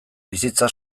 bizitza